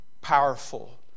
powerful